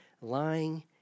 lying